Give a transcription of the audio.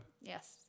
Yes